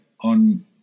on